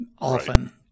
often